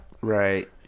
Right